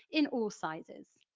in all sizes.